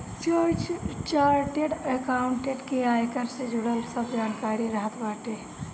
chartered accountant के आयकर से जुड़ल सब जानकारी रहत बाटे